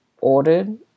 ordered